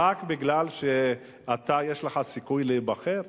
רק מפני שיש לך סיכוי להיבחר?